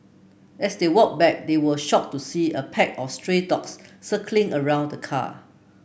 as they walked back they were shocked to see a pack of stray dogs circling around the car